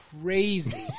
crazy